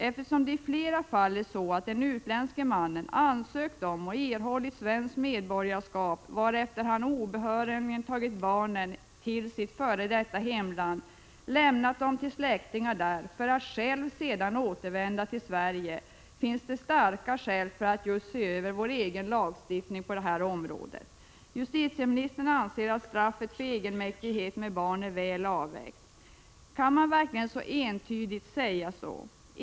Eftersom det i flera fall är så, att den utländske mannen har ansökt om och erhållit svenskt medborgarskap, varefter han obehörigen tagit barnen till sitt f. d. hemland och lämnat dem till släktingar där för att själv sedan återvända till Sverige, finns det starka skäl för att just se över vår egen lagstiftning på detta område. Justitieministern anser att straffet för egenmäktighet med barn är väl avvägt. Kan man verkligen så entydigt säga det?